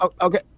Okay